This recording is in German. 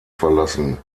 verlassen